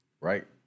Right